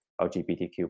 LGBTQ